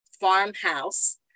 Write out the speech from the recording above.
farmhouse